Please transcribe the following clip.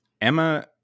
emma